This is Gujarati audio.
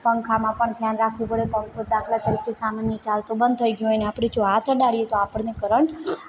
પંખામાં પણ ધ્યાન રાખવું પડે પંખો દાખલા તરીકે સામાન્ય ચાલતો બંધ થઇ ગયો હોય અને આપણે જો હાથ અડાડીએ તો આપણને કરંટ